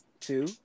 Two